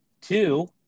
two